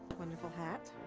wonderful hat.